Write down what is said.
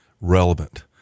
relevant